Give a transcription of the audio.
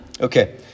okay